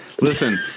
Listen